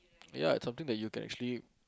ya it's something that you can actually